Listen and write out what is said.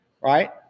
right